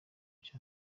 cya